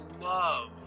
love